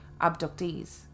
abductees